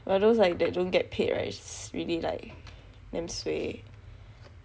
well those like that don't get paid right it's really like damn suay